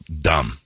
dumb